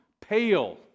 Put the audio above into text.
pale